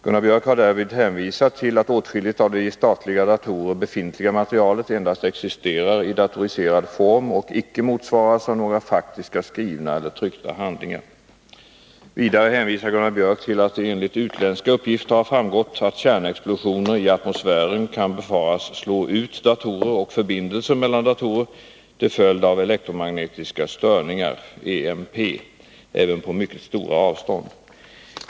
Gunnar Biörck har därvid hänvisat till att åtskilligt av det i statliga datorer befintliga materialet endast existerar i datoriserad form och icke motsvaras av några faktiska skrivna eller tryckta handlingar. Vidare hänvisar Gunnar Biörck till att det enligt utländska uppgifter har framgått, att kärnexplosioner i atmosfären kan befaras ”slå ut” datorer och förbindelser mellan datorer till följd av elektromagnetiska störningar även på mycket stora avstånd.